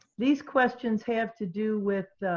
these questions have to do with